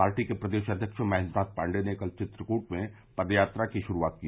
party के प्रदेश अध्यक्ष महेन्द्रनाथ पाण्डे ने कल चित्रकूट में पदयात्रा की शुरूआत की